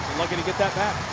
lucky to get that back.